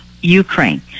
Ukraine